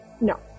No